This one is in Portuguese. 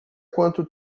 quanto